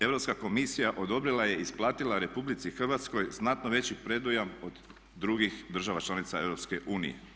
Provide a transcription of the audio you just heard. Europska komisija odobrila je i isplatila RH znatno veći predujam od drugih država članica EU.